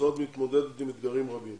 אני מתכבד לפתוח את ישיבת הוועדה.